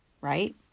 right